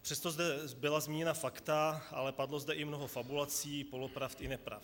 Přesto zde byla zmíněna fakta, ale padlo zde i mnoho fabulací, polopravd i nepravd.